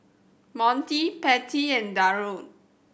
Monty Patty and Darold